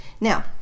Now